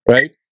Right